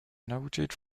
noted